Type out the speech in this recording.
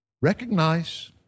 recognize